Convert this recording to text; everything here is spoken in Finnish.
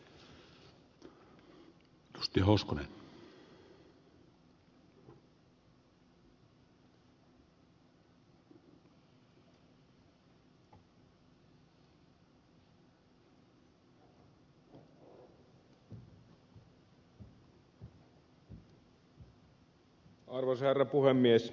arvoisa herra puhemies